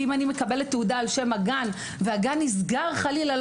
אם אני מקבלת תעודה על שם הגן והגן נסגר חלילה,